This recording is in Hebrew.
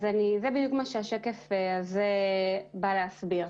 זה בדיוק מה שהשקף הזה בא להסביר.